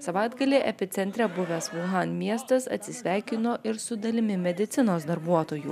savaitgalį epicentre buvęs uhan miestas atsisveikino ir su dalimi medicinos darbuotojų